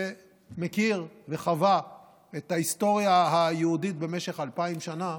שמכיר וחווה את ההיסטוריה היהודית במשך אלפיים שנה,